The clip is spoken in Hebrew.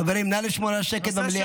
חברים, נא לשמור על השקט במליאה.